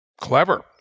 Clever